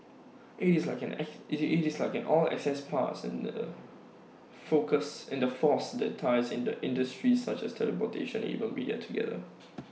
IT is like IT is like an all access pass and the focus in the force that ties industries such as transportation and even media together